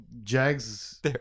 Jag's